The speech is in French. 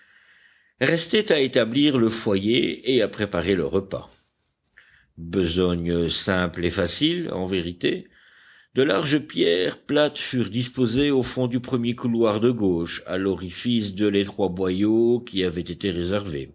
restait à établir le foyer et à préparer le repas besogne simple et facile en vérité de larges pierres plates furent disposées au fond du premier couloir de gauche à l'orifice de l'étroit boyau qui avait été réservé